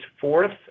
fourth